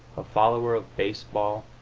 a follower of baseball,